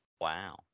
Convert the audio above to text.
Wow